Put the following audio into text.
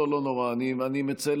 התש"ף